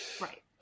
Right